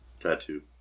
tattoo